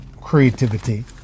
creativity